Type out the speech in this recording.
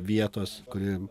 vietos kuri